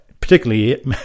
Particularly